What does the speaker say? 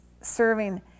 serving